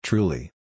Truly